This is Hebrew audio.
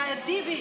סייד טיבי.